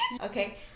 okay